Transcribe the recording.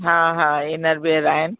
हा हा इनरवेर आहिनि